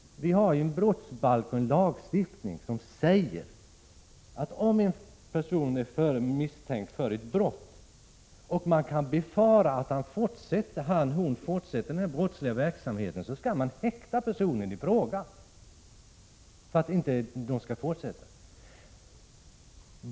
Vi har en brottsbalk och en lagstiftning som säger att om en person är misstänkt för ett brott och man befarar att hon eller han fortsätter med den brottsliga verksamheten, skall personen häktas för att verksamheten inte kan fortsätta.